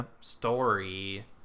story